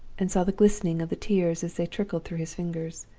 and saw the glistening of the tears as they trickled through his fingers.